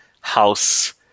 house